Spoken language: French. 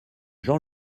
jean